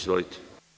Izvolite.